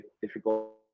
difficult